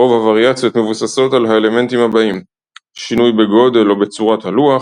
רוב הווריאציות מבוססות על האלמנטים הבאים שינוי בגודל או בצורת הלוח